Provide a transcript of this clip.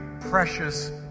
precious